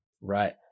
Right